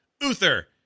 Uther